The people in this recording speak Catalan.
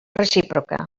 recíproca